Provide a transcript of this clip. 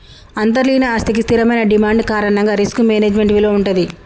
అంతర్లీన ఆస్తికి స్థిరమైన డిమాండ్ కారణంగా రిస్క్ మేనేజ్మెంట్ విలువ వుంటది